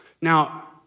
Now